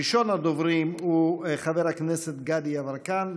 ראשון הדוברים הוא חבר הכנסת גדי יברקן.